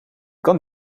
kan